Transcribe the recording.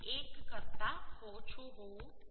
0 કરતા ઓછું હોવું જોઈએ